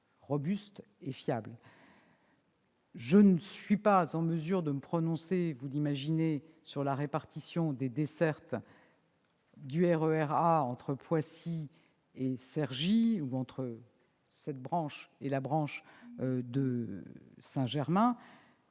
robustes et fiables. Je ne suis pas en mesure de me prononcer, vous l'imaginez, sur la répartition des dessertes entre Poissy et Cergy et entre cette branche et celle de Saint-Germain-en-Laye.